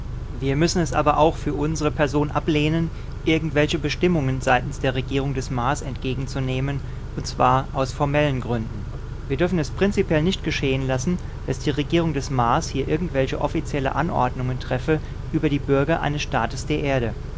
wir müssen es aber auch für unsre personen ablehnen irgendwelche bestimmungen seitens der regierung des mars entgegenzunehmen und zwar aus formellen gründen wir dürfen es prinzipiell nicht geschehen lassen daß die regierung des mars hier irgendwelche offizielle anordnungen treffe über die bürger eines staates der erde